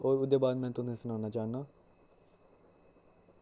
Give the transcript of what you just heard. और ओह्दे बाद में तुसें सनाना चाह्नां